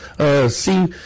See